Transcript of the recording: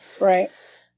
right